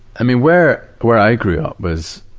i mean, where, where i grew up was,